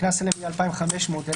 הקנס הוא 2,500 שקלים,